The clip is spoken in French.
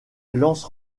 lance